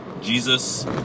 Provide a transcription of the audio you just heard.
Jesus